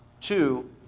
Two